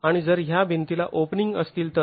आणि जर ह्या भिंतीला ओपनिंग असतील तर